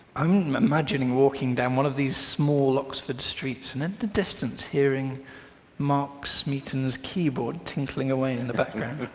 i'm imagining walking down one of these small oxford streets and and the distance hearing mark smeaton's keyboard tinkling away in the background,